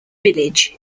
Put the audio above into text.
village